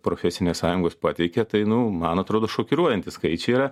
profesinės sąjungos pateikė tai nu man atrodo šokiruojantys skaičiai yra